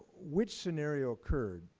which scenario occurred?